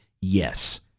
Yes